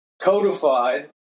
codified